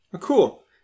cool